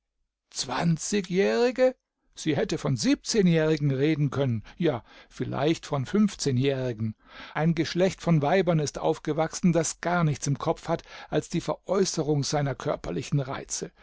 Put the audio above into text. zwanzigjährige sie hätte von siebzehnjährigen reden können ja vielleicht von fünfzehnjährigen ein geschlecht von weibern ist aufgewachsen das gar nichts im kopf hat als die veräußerung seiner körperlichen reize